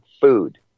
food